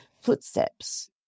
footsteps